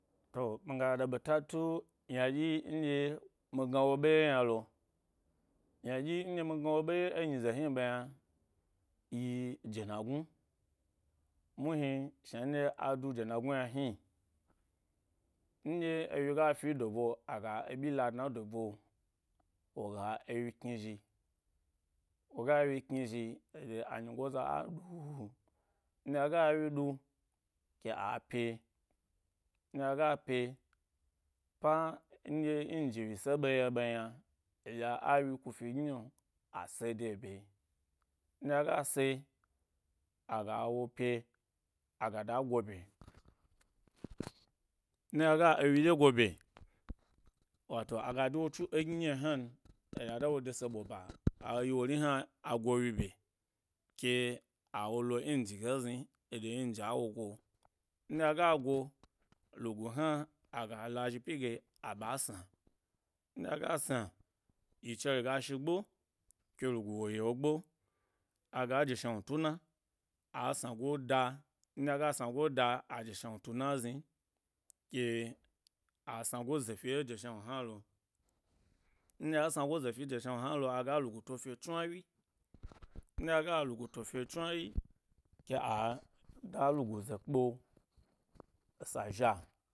To migo da ɓeta tu-ynadyi ndye mi gnawo ɓe ye yna lo, ynaɗyi nɗye mi gnaw o ɓeye enyi ze yni ɓe yna je na gnu, mahni shna nɗye adu jena gnu yna hni; nɗye enyi ga fi e dobu’o aga ebyila dna edo bu’o woga enyi kni zhi, woga enyi kni zhi aɗye a nyigo a ɗu nɗye aga ewyi ɗu ke a pye, nɗye aya pye, pȡ nɗye nji wise ɓe ye ɓem yna eɗye a wyi kufi gni nyi’o, ase de ebye, nɗye aga se, aga wo pye, aga da go’ bye nɗye aga enyi dye go ‘bye wato aya de wotsu e gni nyi han, eɗye a da wo de se ɓo ba ayi wori hna ago’wyi bye ke a wolo nji ge zni eɗɓɓye nji awo go nɗye aga go lugu hna aga la zhi pyi ge aɓa sna nɗye aga sna yi chere gas hi gbo ke luga wo yi ‘o gbo aga ji shnawnu tuna a snago da ndye aga sna goda, aje shna wnu tuna zni ke a snago zefi ẻ je shna wnu hnalo, nɗye a snago ze fi je shna wnu hna lo, aga higu to fyo chnwawyi, nɗye aga luguto fyo chnwa wyi ke, ada lugu ze kpe esa zha.